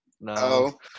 No